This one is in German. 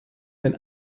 wenn